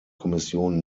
kommission